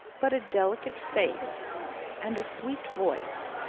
but a delicate face and a sweet voice,